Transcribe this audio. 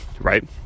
right